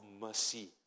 mercy